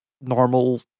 normal